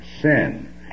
sin